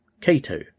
Cato